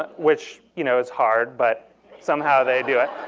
ah which, you know, is hard but somehow they do it,